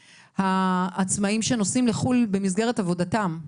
העצמאים שנוסעים לחו"ל במסגרת עבודתם,